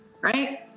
right